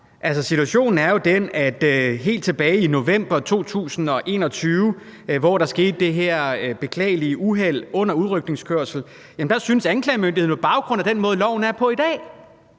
situationen er jo den, at helt tilbage i november 2021, hvor der skete det her beklagelige uheld under udrykningskørsel, syntes anklagemyndigheden på baggrund af den måde, loven er på i dag,